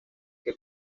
que